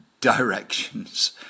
directions